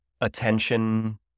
attention